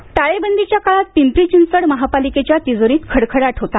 कर संकलन टाळेबंदीच्या काळात पिंपरी चिंचवड महापालिकेच्या तिजोरीत खडखडाट होता